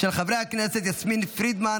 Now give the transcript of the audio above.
של חברי הכנסת יסמין פרידמן,